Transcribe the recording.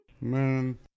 Man